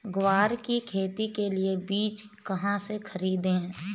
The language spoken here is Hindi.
ग्वार की खेती के लिए बीज कहाँ से खरीदने हैं?